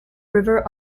river